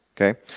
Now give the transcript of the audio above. okay